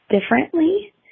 differently